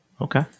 Okay